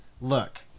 Look